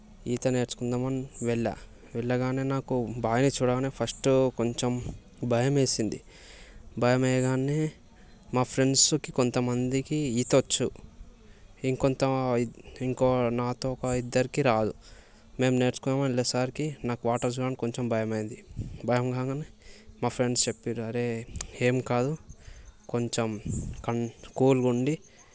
ఈత నేర్చుకుందామని వెళ్ళాను వెళ్ళగానే నాకు బావిని చూడాలని ఫస్ట్ కొంచెం భయమేసింది భయం వేయగానే మా ఫ్రెండ్స్కి కొంతమందికి ఈత వచ్చు ఇంకొంత ఇంకో నాతో ఒక ఇద్దరికి రాదు మేము నేర్చుకుందామని వెళ్ళేసరికి నాకు వాటర్ చూడగానే కొంచెం భయం అయింది భయం కాగానే మా ఫ్రెండ్స్ చెప్పారు అరే ఏం కాదు కొంచెం కన్ కూల్గా ఉంది